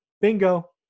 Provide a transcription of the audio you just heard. bingo